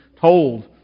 told